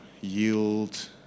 yield